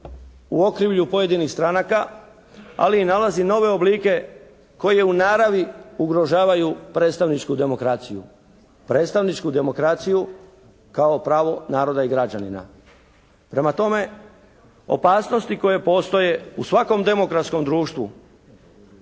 u okrilju pojedinih stranaka, ali i nalazi nove oblike koje u naravi ugrožavaju predstavničku demokraciju. Predstavničku demokraciju kao pravo naroda i građanina. Prema tome opasnosti koje postoje u svakom demokratskom društvu